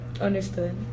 Understood